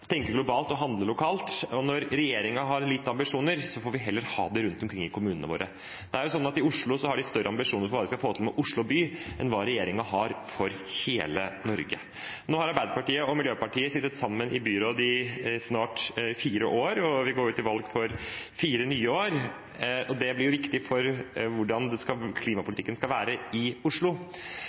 tenke globalt og handle lokalt, og når regjeringen har små ambisjoner, får vi heller ha det rundt omkring i kommunene våre. Det er jo sånn at i Oslo har de større ambisjoner for hva de skal få til med Oslo by, enn hva regjeringen har for hele Norge. Nå har Arbeiderpartiet og Miljøpartiet De Grønne sittet sammen i byråd i snart fire år, og vi går til valg for fire nye år. Det blir viktig for hvordan klimapolitikken skal være i Oslo,